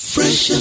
Fresh